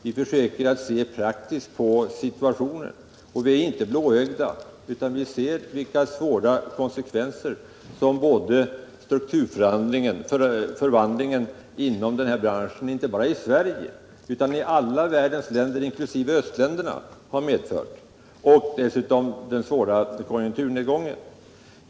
Vi försöker se praktiskt på situationen, och vi är inte blåögda, utan vi ser vilka svåra konsekvenser som strukturomvandlingen inom branschen — inte bara i Sverige utan i världens alla länder, inkl. östländerna — har fått. Dessutom måste vi ju ta hänsyn till den svåra konjunkturnedgången.